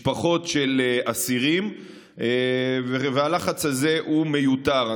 משפחות של אסירים, והלחץ הזה הוא מיותר.